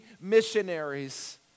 missionaries